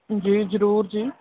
ਜੀ ਜ਼ਰੂਰ ਜੀ